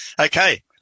Okay